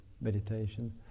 meditation